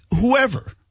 whoever